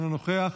אינו נוכח,